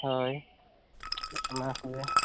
ᱦᱳᱭ ᱚᱱᱟ ᱠᱚᱜᱮ